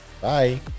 Bye